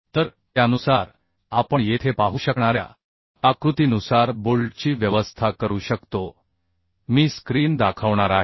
तर त्यानुसार आपण येथे पाहू शकणाऱ्या आकृतीनुसार बोल्टची व्यवस्था करू शकतो मी स्क्रीन दाखवणार आहे